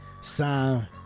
sign